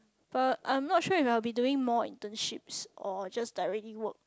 but I'm not sure if I've been doing more internships or just directly work